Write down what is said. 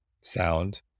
sound